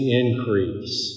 increase